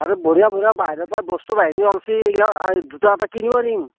আৰু বঢ়িয়া বঢ়িয়া বাহিৰৰ পৰা বস্তু বাহিনী ওলাইছি এইগিলা দুটা এটা কিনিও আনিম